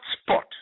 spot